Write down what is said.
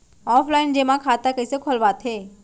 Offline जेमा खाता कइसे खोलवाथे?